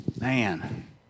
Man